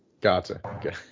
Gotcha